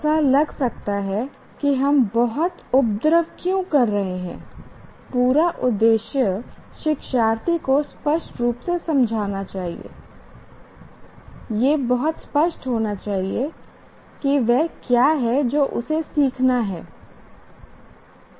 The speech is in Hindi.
ऐसा लग सकता है कि हम बहुत उपद्रव क्यों कर रहे हैं पूरा उद्देश्य शिक्षार्थी को स्पष्ट रूप से समझना चाहिए यह बहुत स्पष्ट होना चाहिए कि वह क्या है जो उसे सीखना चाहिए